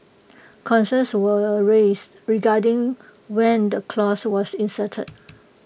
concerns were raised regarding when the clause was inserted